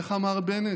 איך אמר בנט,